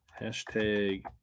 Hashtag